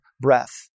breath